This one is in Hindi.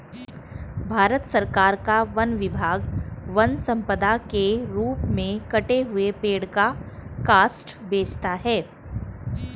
भारत सरकार का वन विभाग वन सम्पदा के रूप में कटे हुए पेड़ का काष्ठ बेचता है